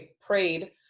prayed